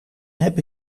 heb